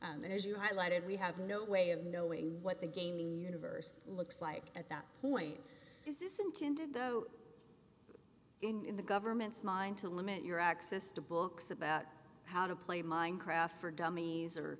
and as you highlighted we have no way of knowing what the gaming universe looks like at that point is this intended though in the government's mind to limit your access to books about how to play minecraft for dummies or